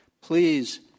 please